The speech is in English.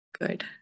Good